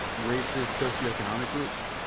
racists, socioeconomic groups?